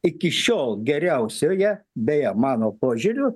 iki šiol geriausioje beje mano požiūriu